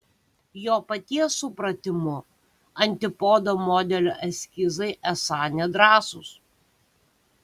jo paties supratimu antipodo modelio eskizai esą nedrąsūs